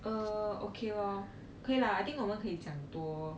uh okay lor 可以啦 I think 我们可以讲多